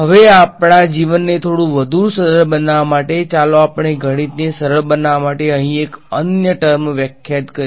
હવે આપણા જીવનને થોડું વધુ સરળ બનાવવા માટે ચાલો આપણે ગણિતને સરળ બનાવવા માટે અહીં એક અન્ય ટર્મ વ્યાખ્યાયિત કરીએ